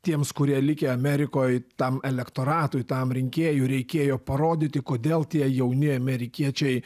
tiems kurie likę amerikoj tam elektoratui tam rinkėjui reikėjo parodyti kodėl tie jauni amerikiečiai